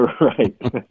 Right